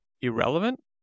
irrelevant